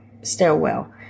stairwell